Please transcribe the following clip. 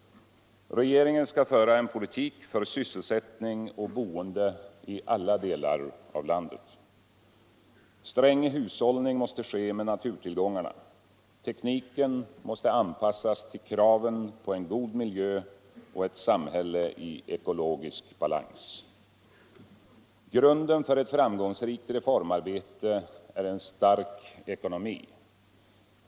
Regeringen skall föra en politik för sysselsättning och boende i alla delar av landet. Sträng hushållning måste ske med naturtillgångarna. Tekniken måste anpassas till kraven på en god miljö och ett samhälle i ekologisk balans. Grunden för ett framgångsrikt reformarbete är en stark ekonomi.